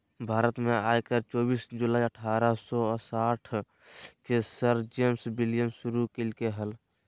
भारत में आयकर चोबीस जुलाई अठारह सौ साठ के सर जेम्स विल्सन शुरू कइल्के हल